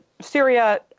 Syria